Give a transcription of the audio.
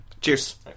Cheers